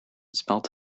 smelt